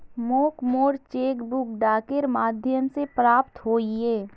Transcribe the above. मोक मोर cheque book डाकेर माध्यम से प्राप्त होइए